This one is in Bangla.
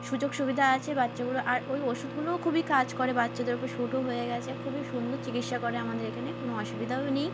সুযোগ সুবিধা আছে বাচ্চাগুলো আর ওই ওষুধগুলোও খুবই কাজ করে বাচ্চাদের উপর স্যুটও হয়ে গেছে খুবই সুন্দর চিকিৎসা করে আমাদের এখানে কোনও অসুবিধাও নেই